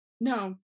no